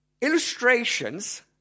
illustrations